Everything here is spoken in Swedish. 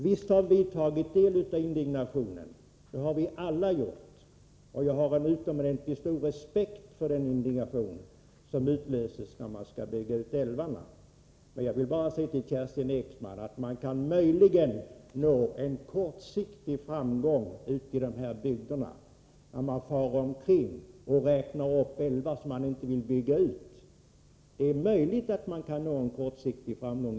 Visst har vi tagit del av indignationen, det har vi alla gjort. Jag har en utomordentligt stor respekt för den indignation som utlöses när älvarna skall byggas ut. Jag vill bara säga till Kerstin Ekman att man möjligen kan nå en kortsiktig framgång ute i dessa bygder när man far omkring och räknar upp älvar som man inte vill bygga ut. Det är möjligt att man kan nå en kortsiktig framgång.